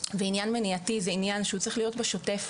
ועניין מניעתי זה עניין שהוא צריך להיות בשוטף.